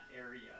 area